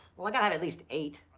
well i gotta have at least eight.